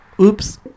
Oops